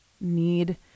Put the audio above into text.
need